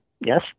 yes